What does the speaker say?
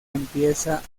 empieza